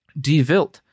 Devilt